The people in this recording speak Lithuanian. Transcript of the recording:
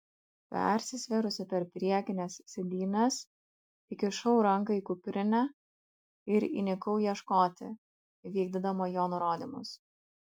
persisvėrusi per priekines sėdynes įkišau ranką į kuprinę ir įnikau ieškoti vykdydama jo nurodymus